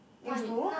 in school